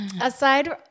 Aside